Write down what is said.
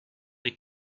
des